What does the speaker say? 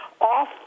off